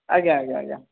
ଆଜ୍ଞା ଆଜ୍ଞା ଆଜ୍ଞା